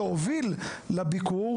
שהוביל לביקור